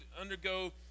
undergo